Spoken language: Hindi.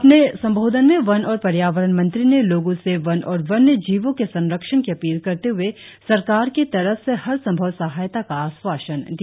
अपने संबोधन में वन और पर्यावरण मंत्री ने लोगों से वन और वन्य जीवों के संरक्षण की अपील करते हुए सरकार की तरफ से हर संभव सहायता का आश्वासन दिया